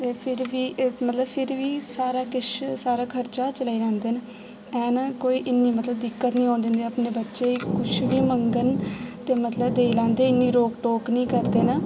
ते फिर बी मतलब फिर बी सारा किश सारा खर्चा चलाई लैंदे न हैन कोई मतलब इन्नी दिक्कत नेईं होन दिंदे अपने बच्चे गी कुछ बी मंगन ते मतलब देई लैंदे इन्नी रोक टोक निं करदे न